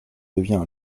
devient